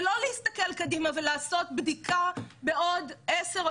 ולא להסתכל קדימה ולעשות בדיקה בעוד עשר או